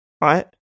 right